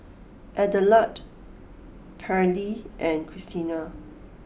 Adelard Pairlee and Christina